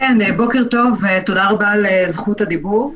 בוקר טוב, תודה רבה על זכות הדיבור.